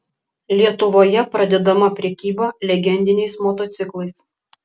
lietuvoje pradedama prekyba legendiniais motociklais